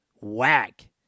whack